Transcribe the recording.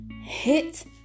hit